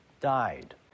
died